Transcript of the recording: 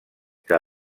que